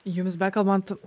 jums bekalbant